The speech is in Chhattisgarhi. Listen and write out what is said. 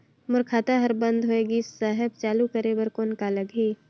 मोर खाता हर बंद होय गिस साहेब चालू करे बार कौन का लगही?